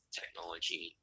technology